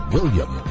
William